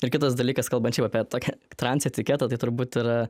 ir kitas dalykas kalbant šiaip apie tokią transetiketą tai turbūt yra